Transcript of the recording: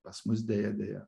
pas mus deja deja